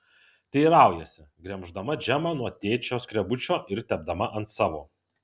teiraujasi gremždama džemą nuo tėčio skrebučio ir tepdama ant savo